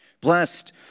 Blessed